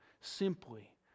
simply